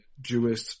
Jewish